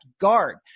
guard